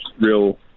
real